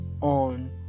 on